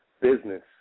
business